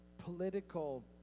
political